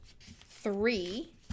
three